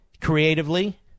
creatively